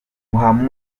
muhamud